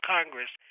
Congress